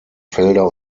felder